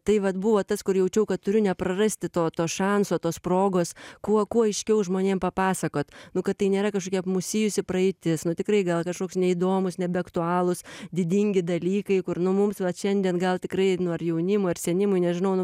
tai vat buvo tas kur jaučiau kad turiu neprarasti to to šanso tos progos kuo kuo aiškiau žmonėm papasakot nu kad tai nėra kažkokia apmūsijusi praeitis nu tikrai gal kažkoks neįdomūs nebeaktualūs didingi dalykai kur nu mums vat šiandien gal tikrai nu ar jaunimui ar senimui nežinau nu